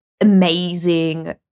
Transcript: amazing